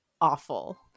awful